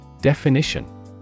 Definition